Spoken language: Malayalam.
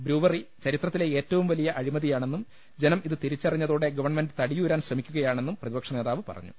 ബ്രൂവറി ചരിത്രത്തിലെ ഏറ്റവും വലിയ അഴിമതിയാണെന്നും ജനം ഇത് തിരിച്ചറിഞ്ഞതോടെ ഗവൺമെന്റ് തടിയൂരാൻ ശ്രമിക്കുകയാണെന്നും പ്രതിപക്ഷ നേതാവ് പറഞ്ഞു